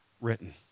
written